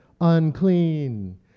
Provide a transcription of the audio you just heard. unclean